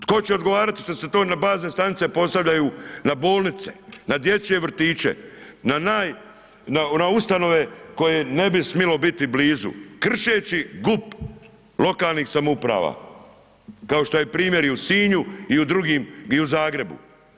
Tko će odgovarati što se to na bazne stanice postavljaju na bolnice, na dječje vrtiće na naj, na ustanove koje ne bi smilo biti blizu, kršeći GUP lokalnih samouprava, kao što je primjer i u Sinju i u drugim i u Zagrebu.